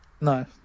No